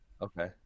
Okay